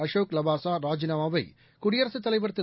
அசோக் லாவாசாராஜினாமாவைகுடியரசுத் தலைவர் திரு